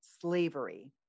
slavery